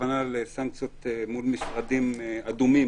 הכוונה היא לסנקציות מול משרדים אדומים.